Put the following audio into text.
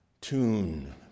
Tune